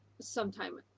sometime